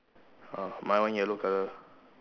uh my one yellow colour